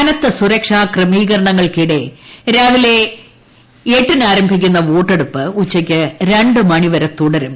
കനത്ത സുരക്ഷാ ക്രമീകരണങ്ങൾക്കിടെ രാവിലെ എട്ടിന് ആരംഭിക്കുന്ന വോട്ടെടുപ്പ് ഉച്ചയ്ക്ക് രണ്ട് മണി വരെ തുടരും